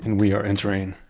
and we are entering,